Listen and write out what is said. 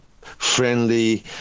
friendly